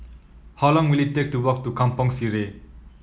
how long will it take to walk to Kampong Sireh